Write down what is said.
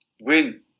win